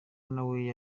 nawe